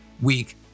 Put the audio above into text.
week